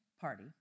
party